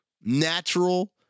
natural